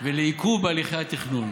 ולעיכוב בהליכי התכנון,